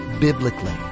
biblically